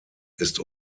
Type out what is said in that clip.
ist